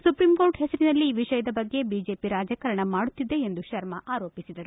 supreme court ಹೆಸರಿನಲ್ಲಿ ಈ ವಿಷಯದ ಬಗ್ಗೆ ಬಿಜೆಪಿ ರಾಜಕಾರಣ ಮಾಡುತ್ತಿದೆ ಎಂದು ಶರ್ಮ ಆರೋಪಿಸಿದರು